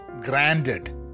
granted